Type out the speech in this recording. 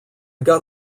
got